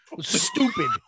Stupid